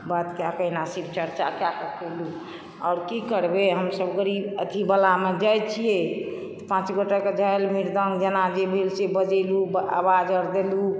बात कएके अहिना शिवचर्चा कएके कयलू आओर की करबै हमसभ गरीब अथी वलामे जाइ छियै पाँचगोटाके झालि मृदंग जेना जे भेल से बजयलु आवाजअर दयलू